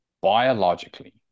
biologically